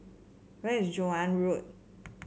where is Joan Road